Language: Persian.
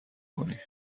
کنی